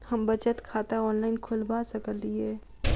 हम बचत खाता ऑनलाइन खोलबा सकलिये?